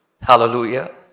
Hallelujah